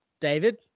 David